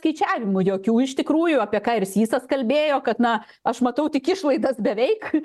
skaičiavimų jokių iš tikrųjų apie ką ir sysas kalbėjo kad na aš matau tik išlaidas beveik